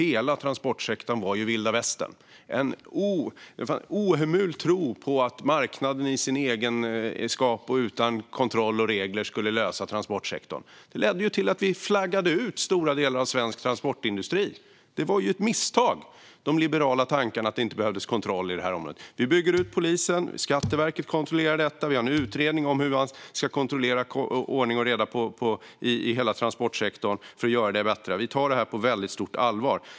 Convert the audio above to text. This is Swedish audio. Hela transportsektorn var vilda västern. Det fanns en ohemul tro på att marknaden på egen hand och utan kontroll eller regler skulle lösa transportsektorns problem. Detta ledde till att vi flaggade ut stora delar av svensk transportindustri. De liberala tankarna om att det inte behövdes kontroll på detta område var ett misstag. Vi bygger ut polisen. Skatteverket kontrollerar detta. Vi har en utredning om hur man bättre ska kontrollera att det råder ordning och reda i hela transportsektorn. Vi tar detta på väldigt stort allvar.